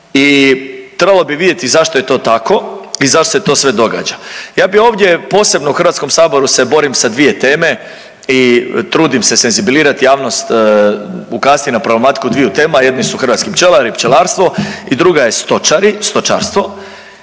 I trebalo bi vidjeti zašto je to tako i zašto se to sve događa. Ja bih ovdje posebno u Hrvatskom saboru se borim sa dvije teme i trudim se senzibilizirati javnost, ukazati na problematiku dviju tema, jedni su hrvatski pčelari, pčelarstvo i druga je stočari,